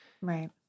Right